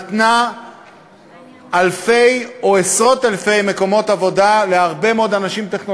אם יש נושא אחד שמדינת ישראל עשתה כמו